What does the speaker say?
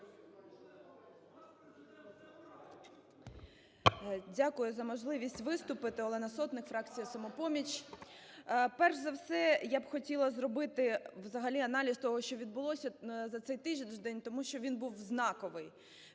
Дякую за можливість виступити. Олена Сотник, фракція "Самопоміч". Перш за все, я б хотіла зробити взагалі аналіз того, що відбулося за цей тиждень, тому що він був знаковий.